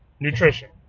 Nutrition